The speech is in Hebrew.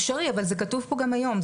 אפשרי, אבל זה כתוב פה גם היום.